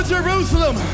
Jerusalem